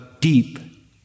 deep